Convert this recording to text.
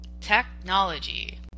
technology